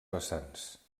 vessants